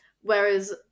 whereas